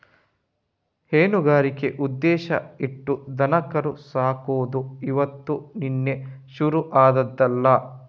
ಹೈನುಗಾರಿಕೆ ಉದ್ದೇಶ ಇಟ್ಟು ದನಕರು ಸಾಕುದು ಇವತ್ತು ನಿನ್ನೆ ಶುರು ಆದ್ದಲ್ಲ